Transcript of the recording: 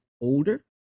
older